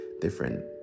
different